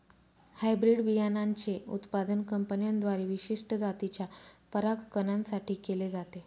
hybrid बियाणांचे उत्पादन कंपन्यांद्वारे विशिष्ट जातीच्या परागकणां साठी केले जाते